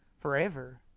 forever